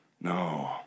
No